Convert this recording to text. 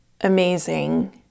amazing